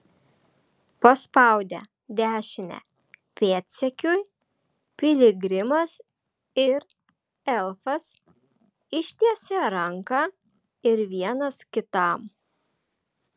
paspaudę dešinę pėdsekiui piligrimas ir elfas ištiesė ranką ir vienas kitam